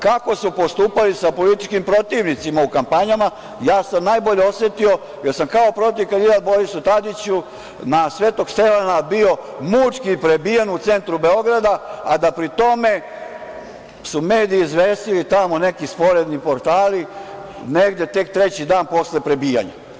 Kako su postupali sa političkim protivnicima u kampanjama, ja sam najbolje osetio, jer sam kao protiv kandidat Borisu Tadiću na Svetog Stefana bio mučki prebijen u centru Beograda, a da pri tome su mediji izvestili tamo neki sporedni portali, negde tek treći dan posle prebijanja.